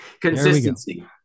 Consistency